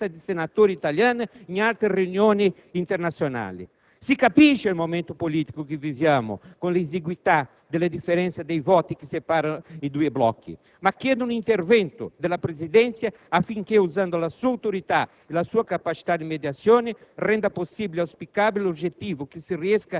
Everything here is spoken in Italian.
come seria e dannosa per il Paese tutto è la costante non presenza di senatori italiani in altre riunioni internazionali. Si capisce il momento politico che viviamo con la esiguità della differenza di voti che separa i due blocchi. Chiedo, tuttavia, un intervento della Presidenza, affinché, usando la sua autorità e la